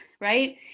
right